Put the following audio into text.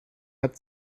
hat